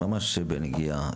ממש בנגיעה.